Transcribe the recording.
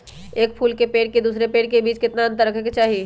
एक फुल के पेड़ के दूसरे पेड़ के बीज केतना अंतर रखके चाहि?